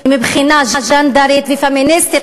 ומבחינה ג'נדרית ופמיניסטית,